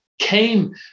came